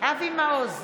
אבי מעוז,